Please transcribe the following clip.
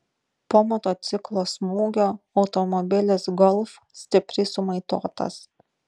po motociklo smūgio automobilis golf stipriai sumaitotas